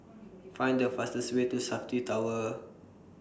Find The fastest Way to Safti Tower